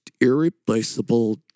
irreplaceable